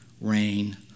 rain